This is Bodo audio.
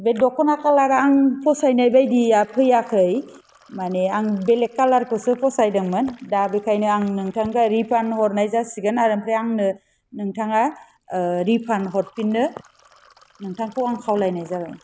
बे दखना कालारा आं फसायनाय बायदिया फैयाखै माने आं बेलेक कालारखौसो फसायदोंमोन दा बेखायनो आं नोंथांनो रिटार्न हरनाय जासिगोन आरो आमफ्राय आंनो नोंथांङा रिफान्ड हरफिन्नो नोंथांखौ आं खावलायनाय जाबाय